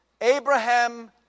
Abraham